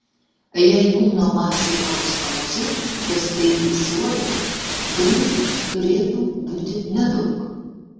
jei kūno masė augs pamažu be staigių šuolių drūžių turėtų būti nedaug